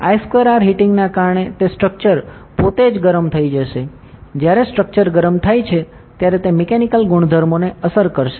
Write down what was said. I2R heating ના કારણે તે સ્ટ્ર્ક્ચર પોતે જ ગરમ થઈ જશે જ્યારે સ્ટ્ર્ક્ચર ગરમ થાય છે ત્યારે તે મિકેનિકલ ગુણધર્મોને અસર કરશે